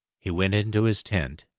he went into his tent.